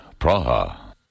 Praha. (